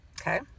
Okay